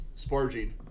sparging